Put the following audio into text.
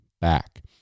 back